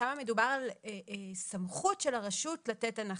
שם מדובר על סמכות של הרשות לתת הנחה,